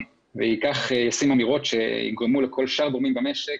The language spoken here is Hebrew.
ויאמר אמירות שיגרמו לכל שאר הגורמים במשק